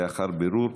לאחר בירור,